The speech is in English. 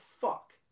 fuck